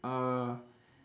uh